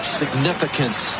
significance